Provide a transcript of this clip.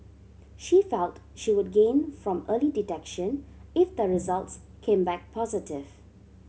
she felt she would gain from early detection if the results came back positive